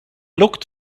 looked